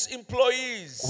employees